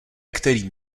kterým